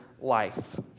life